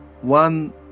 one